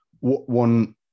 one